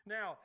Now